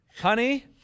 Honey